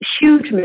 huge